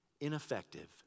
ineffective